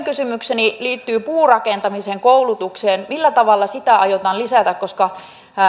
kysymykseni liittyy puurakentamisen koulutukseen millä tavalla sitä aiotaan lisätä